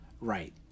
right